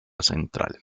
central